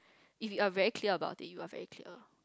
if you are very clear about this you are very clear